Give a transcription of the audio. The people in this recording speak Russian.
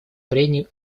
прений